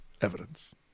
evidence